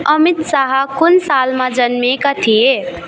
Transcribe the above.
अमित शाह कुन सालमा जन्मेका थिए